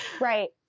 right